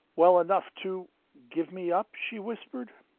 well enough to give me up? she whispered.